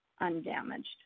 undamaged